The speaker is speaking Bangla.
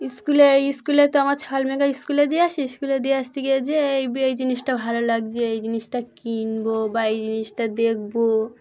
স্কুলে স্কুলে তো আমার ছাল মেকে স্কুলে দিয়ে আসি স্কুলে দিয়ে আসতে গিয়ে যে এই এই জিনিসটা ভালো লাগছে এই জিনিসটা কিনবো বা এই জিনিসটা দেখবো